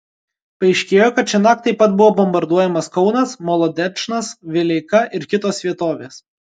paaiškėjo kad šiąnakt taip pat buvo bombarduojamas kaunas molodečnas vileika ir kitos vietovės